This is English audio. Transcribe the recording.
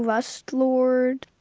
last lord.